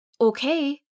okay